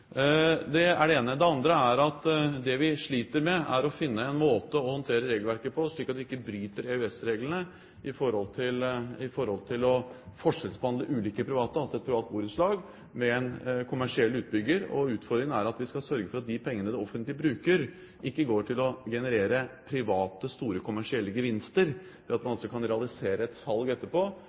Det er det ene. Det andre er at vi sliter med å finne en måte å håndtere regelverket på slik at vi ikke bryter EØS-reglene i forhold til å forskjellsbehandle ulike private, altså et privat borettslag, og en kommersiell utbygger. Utfordringen er at vi skal sørge for at de pengene det offentlige bruker, ikke går til å generere private, store kommersielle gevinster ved at man kan realisere et salg etterpå,